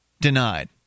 Denied